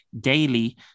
daily